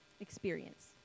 experience